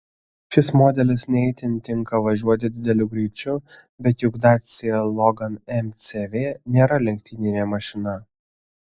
šis modelis ne itin tinka važiuoti dideliu greičiu bet juk dacia logan mcv nėra lenktyninė mašina